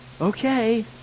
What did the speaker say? Okay